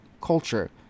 culture